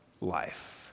life